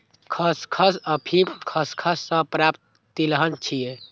खसखस अफीम खसखस सं प्राप्त तिलहन छियै